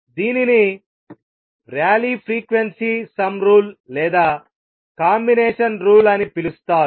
దీనిని Rayleigh frequency sum rule లేదా combination rule అని పిలుస్తారు